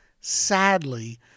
sadly